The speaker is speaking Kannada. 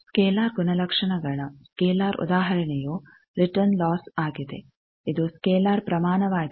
ಸ್ಕೇಲರ್ ಗುಣಲಕ್ಷಣಗಳ ಸ್ಕೇಲರ್ ಉದಾಹರಣೆಯು ರಿಟರ್ನ್ ಲಾಸ್ ಆಗಿದೆ ಇದು ಸ್ಕೇಲರ್ ಪ್ರಮಾಣವಾಗಿದೆ